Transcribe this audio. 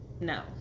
No